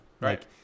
right